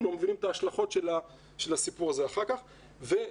לא מבינים את ההשלכות של הסיפור הזה אחר כך; ב',